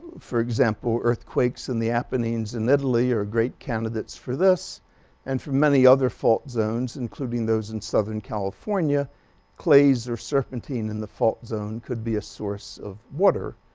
for example, earthquakes in the apennines in italy are great candidates for this and for many other fault zones including those in southern california clays or serpentine in the fault zone could be a source of water.